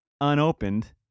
Unopened